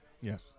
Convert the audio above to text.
Yes